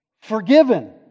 forgiven